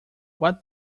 what